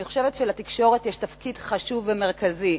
אני חושבת שלתקשורת יש תפקיד חשוב ומרכזי,